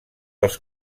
els